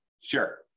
Sure